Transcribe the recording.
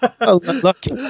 lucky